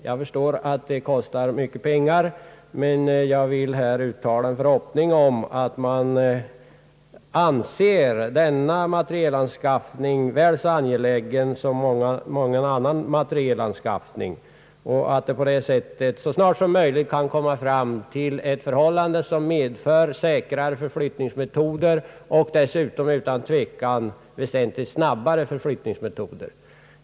Jag förstår att det kostar mycket pengar, men jag vill uttala en förhoppning om att man skall anse denna materielanskaffning väl så angelägen som mången annan och på så sätt snarast möjligt komma fram till säkrare och dessutom väsentligt snabbare förflyttningsmetoder.